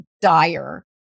dire